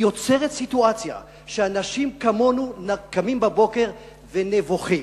היא יוצרת סיטואציה שאנשים כמונו קמים בבוקר ונבוכים.